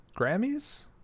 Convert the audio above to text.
grammys